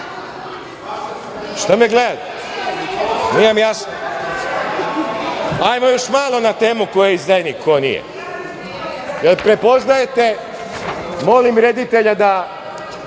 Šta me gledate? Nije vam jasno. Ajmo još malo na temu ko je izdajnik, ko nije. Da li prepoznajete, molim reditelja, tako